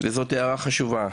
אבל זאת הערה חשובה.